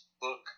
book